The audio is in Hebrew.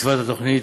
התוכנית,